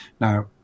Now